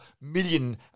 million